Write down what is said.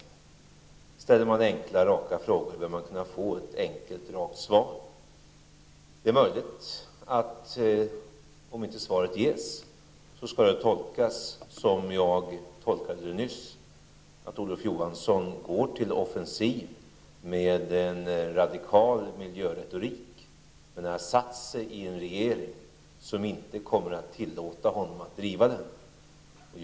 Om man ställer enkla raka frågor, bör man kunna få ett enkelt rakt svar. Det är möjligt att ett uteblivet svar kan tolkas som jag tolkade det nyss: att Olof Johansson går till offensiv med en radikal miljöretorik, men att han har satt sig i en regering som inte kommer att tillåta honom att driva denna miljöpolitik.